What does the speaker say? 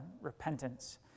repentance